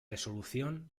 resolución